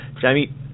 Jamie